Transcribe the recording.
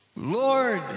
Lord